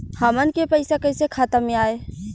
हमन के पईसा कइसे खाता में आय?